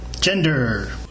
Gender